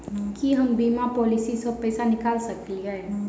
की हम बीमा पॉलिसी सऽ पैसा निकाल सकलिये?